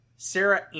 Sarah